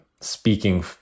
speaking